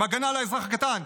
הגנה על האזרח הקטן,